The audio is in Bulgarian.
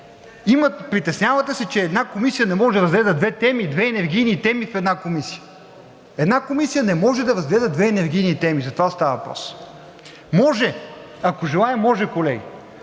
Притеснявате се, че една комисия не може да разгледа две теми, две енергийни теми в една комисия. Една комисия на може да разгледа две енергийни теми, за това става въпрос. Може, ако желае, може, колеги.